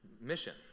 mission